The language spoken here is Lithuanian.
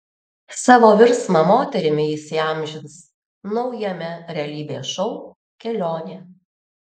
savo virsmą moterimi jis įamžins naujame realybės šou kelionė